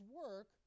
work